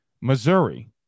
Missouri